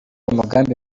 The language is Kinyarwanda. umugambi